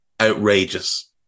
outrageous